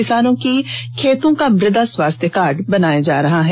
किसानों की खेतों का मृदा स्वास्थ्य कार्ड बनाया जा रहा है